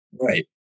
Right